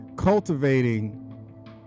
Cultivating